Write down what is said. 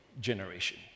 generation